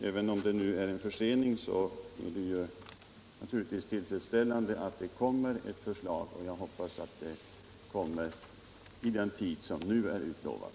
Även om det är fråga om en försening är det naturligtvis tillfredsställande att det kommer ett förslag, och jag hoppas att det skall framläggas inom den tid som nu är utlovad.